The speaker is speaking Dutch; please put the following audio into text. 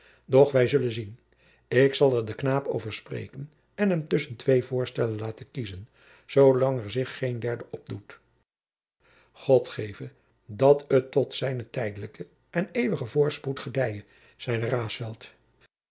wij zullen zien ik zal er den knaap over spreken en hem tusschen twee voorstellen laten kiezen zoolang er zich geen derde opdoet god geve dat het tot zijnen tijdelijken en eeuwigen voorspoed gedije zeide